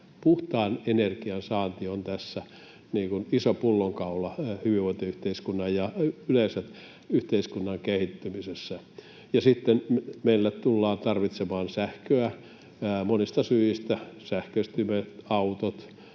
puhtaan energian saanti on iso pullonkaula hyvinvointiyhteiskunnan ja yleensä yhteiskunnan kehittymisessä ja meillä tullaan tarvitsemaan sähköä monista syistä — sähköistyvät autot,